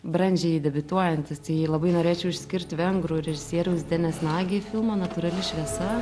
brandžiai debiutuojantys tai labai norėčiau išskirti vengrų režisieriaus denis nagi filmą natūrali šviesa